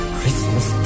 Christmas